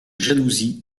jalousie